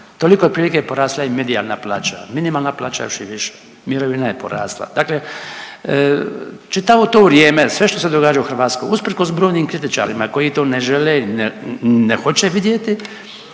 toliko je otprilike porasla i medijalna plaća, minimalna plaća još i više, mirovina je porasla. Dakle, čitavo to vrijeme sve što se događa u Hrvatskoj usprkos brojnim kritičarima koji to ne žele i ne hoće vidjeti